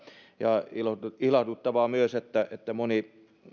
ja on ilahduttavaa myös että että moni